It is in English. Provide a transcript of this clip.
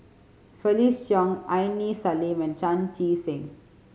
Felix Cheong Aini Salim and Chan Chee Seng